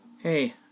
Hey